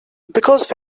because